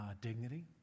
dignity